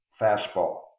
fastball